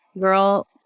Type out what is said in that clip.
girl